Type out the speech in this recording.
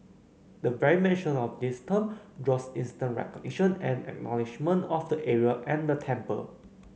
the very mention of this term draws instant recognition and acknowledgement of the area and the temple